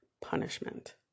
punishment